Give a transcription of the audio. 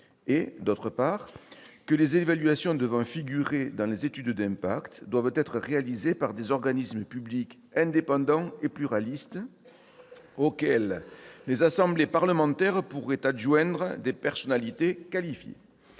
et, d'autre part, que les évaluations devant figurer dans les études d'impact doivent être réalisées par des « organismes publics indépendants et pluralistes », auxquels les assemblées parlementaires pourraient adjoindre des personnalités qualifiées.